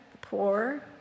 poor